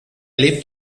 lebt